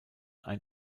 ein